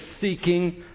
seeking